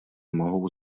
mohou